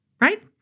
right